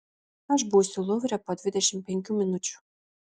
aš būsiu luvre po dvidešimt penkių minučių